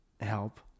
help